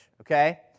okay